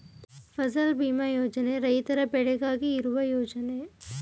ಫಸಲ್ ಭೀಮಾ ಯೋಜನೆ ರೈತರ ಬೆಳೆಗಾಗಿ ಇರುವ ಯೋಜನೆ